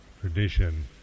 tradition